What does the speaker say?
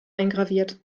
eingraviert